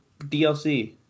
DLC